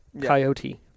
coyote